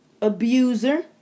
abuser